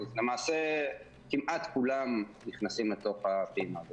למעשה, כמעט כולם נכנסים לתוך הפעימה הזאת.